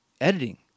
editing